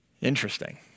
Interesting